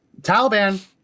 Taliban